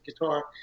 guitar